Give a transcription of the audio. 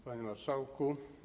Panie Marszałku!